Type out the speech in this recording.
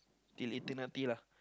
till eternity lah